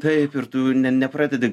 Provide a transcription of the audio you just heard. taip ir tu nepradedi